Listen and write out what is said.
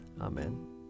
Amen